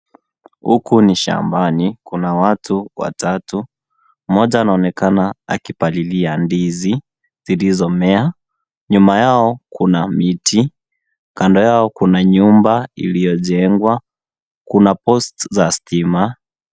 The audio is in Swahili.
Huku ni shambani kuna watu watatu, mmoja anaonekana akipalilia ndizi zilizomea, nyuma yao kuna miti, kando yao kuna nyumba iliyojengwa, kuna post za stima.